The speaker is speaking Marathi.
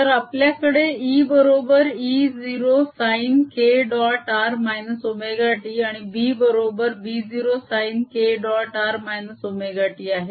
तर आपल्याकडे e बरोबर e0 sin k dot r -ωt आणि b बरोबर b0 sin k dot r ωt आहे